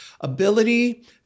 ability